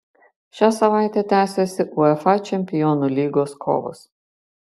šią savaitę tęsiasi uefa čempionų lygos kovos